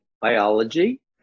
biology